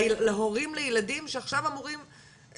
להורים לילדים שעכשיו אמורים,